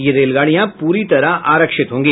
ये रेलगाड़ियां पूरी तरह आरक्षित होंगी